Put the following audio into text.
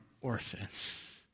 orphans